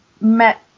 met